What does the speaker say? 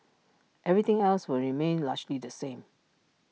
everything else will remain largely the same